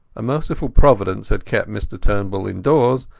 a merciful providence had kept mr turnbull indoors,